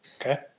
Okay